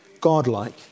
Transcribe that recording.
God-like